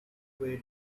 way